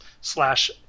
slash